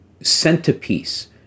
centerpiece